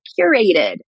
curated